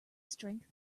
strength